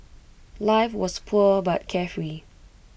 life was poor but carefree